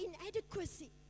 inadequacy